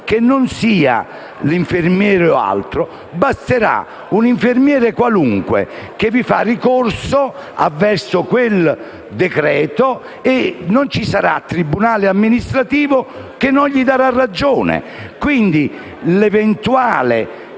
che non sia l'infermiere o altro, qualunque infermiere potrà fare ricorso avverso quel decreto e non ci sarà tribunale amministrativo che non gli darà ragione. L'eventuale